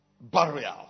Burial